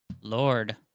lord